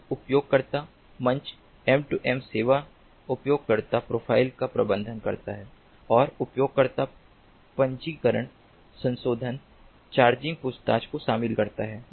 अब उपयोगकर्ता मंच M2M सेवा उपयोगकर्ता प्रोफाइल का प्रबंधन करता है और उपयोगकर्ता पंजीकरण संशोधन चार्जिंग पूछताछ को शामिल करता है